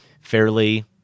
fairly